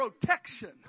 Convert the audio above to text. protection